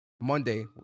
Monday